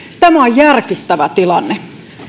tämä on järkyttävä tilanne